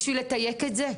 בשביל לתייק את זה?